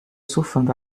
surfando